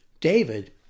David